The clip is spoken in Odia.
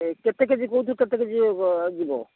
ଏ କେତେ କେଜି କୁହନ୍ତୁ କେତେ କେଜି ଏ ଯିବ